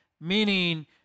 meaning